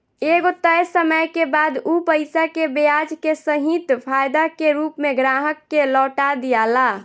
एगो तय समय के बाद उ पईसा के ब्याज के सहित फायदा के रूप में ग्राहक के लौटा दियाला